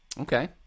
Okay